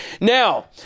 Now